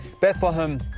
Bethlehem